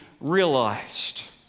realized